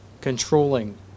controlling